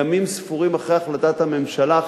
ימים ספורים אחרי החלטת הממשלה,